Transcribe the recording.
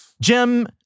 Jim